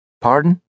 Pardon